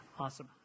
Awesome